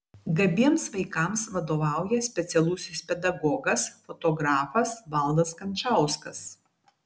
gabiems vaikams vadovauja specialusis pedagogas fotografas valdas kančauskas